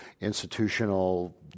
institutional